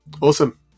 Awesome